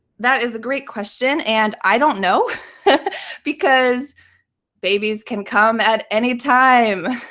that is a great question. and i don't know because babies can come at any time.